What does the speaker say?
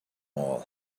all